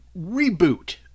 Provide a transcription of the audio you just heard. reboot